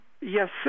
Yes